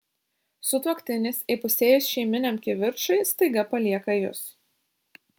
sutuoktinis įpusėjus šeiminiam kivirčui staiga palieka jus